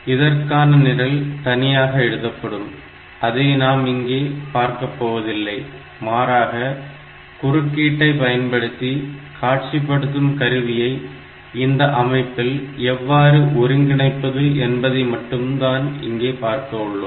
இதற்கான நிரல் தனியாக எழுதப்படும் அதை நாம் இங்கே பார்க்கப்போவதில்லை மாறாக குறுக்கீட்டை பயன்படுத்தி காட்சிப்படுத்தும் கருவியை இந்த அமைப்பில் எவ்வாறு ஒருங்கிணைப்பது என்பதை மட்டும்தான் இங்கே பார்க்க உள்ளோம்